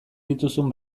dituzun